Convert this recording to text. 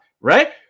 right